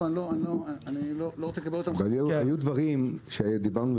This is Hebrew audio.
אבל אני לא רוצה ל --- אבל היו דברים שדיברנו עליהם